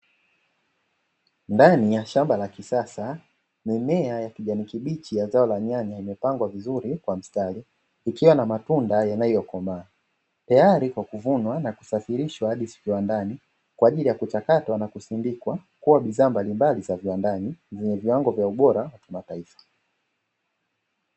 Ndani ya shamba la kisasa, mimea ya kijani kibichi ya zao la nyanya imepangwa vizuri kwa mstari, ikiwa na matunda yanayokomaa, tayari kwa kuvunwa na kusafirishwa hadi viwandani kwa ajili ya kuchakatwa na kusindikwa kuwa bidhaa mbalimbali za viwandani, zenye viwango vya ubora kimataifa.